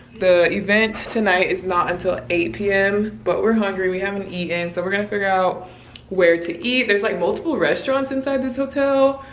the event tonight is not until eight p m. but we're hungry, we haven't eaten. and so we're gonna figure out where to eat. there's like multiple restaurants inside this hotel.